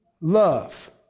love